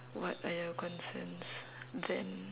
what are your concerns then